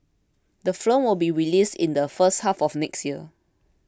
the film will be released in the first half of next year